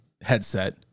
headset